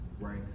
right